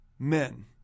men